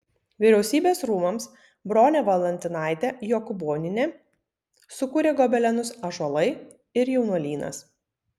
vyriausybės rūmams bronė valantinaitė jokūbonienė sukūrė gobelenus ąžuolai ir jaunuolynas